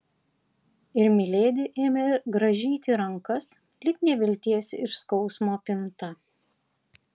ir miledi ėmė grąžyti rankas lyg nevilties ir skausmo apimta